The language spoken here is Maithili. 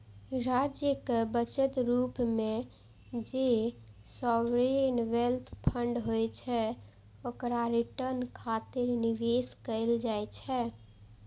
राज्यक बचत रूप मे जे सॉवरेन वेल्थ फंड होइ छै, ओकरा रिटर्न खातिर निवेश कैल जाइ छै